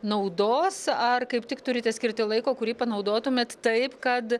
naudos ar kaip tik turite skirti laiko kurį panaudotumėt taip kad